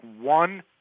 one